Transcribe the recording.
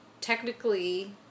technically